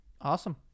awesome